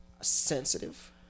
sensitive